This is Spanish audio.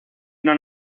una